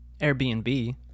Airbnb